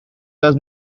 does